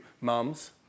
mums